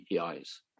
APIs